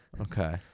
Okay